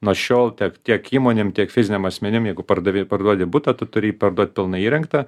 nuo šiol tiek tiek įmonėm tiek fiziniam asmenim jeigu pardavei ir parduodi butą tu turi parduot pilnai įrengtą